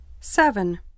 Seven